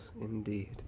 indeed